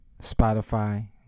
Spotify